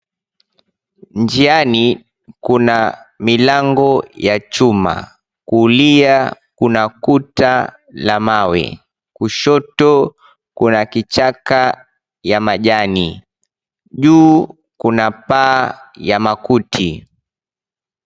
Njiani kuna milango ya chuma, kulia kuna kuta la mawe, kushoto kuna kichaka ya majani, juu kuna paa ya makuti.